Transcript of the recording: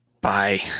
Bye